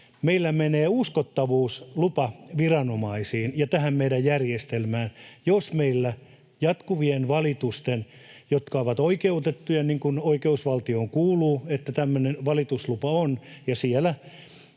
Meillä menee uskottavuus lupaviranomaisiin ja tähän meidän järjestelmään, jos meillä on jatkuvia valituksia. Valitukset ovat oikeutettuja, niin kuin oikeusvaltioon kuuluu, että valituslupa on, ja siellä